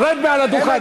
אתה לא נותן לי לסיים.